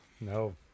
No